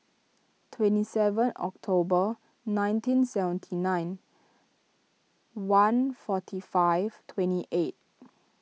twenty seven October nineteen seventy nine one forty five twenty eight